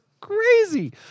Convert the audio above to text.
crazy